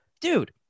dude